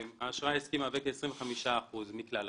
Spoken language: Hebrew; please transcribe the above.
האשראי העסקי מהווה כ-25% מכלל התיק.